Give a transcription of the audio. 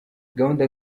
gahunda